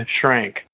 shrank